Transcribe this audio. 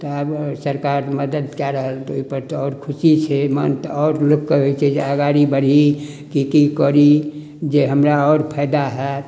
तऽ आब सरकार मदद कए रहल तऽ ओहि पर आरो खुशी छै मन तऽ आओर लोक के होइ छै जे आगारी बढ़ी की करी जे हमरा आओर फायदा होयत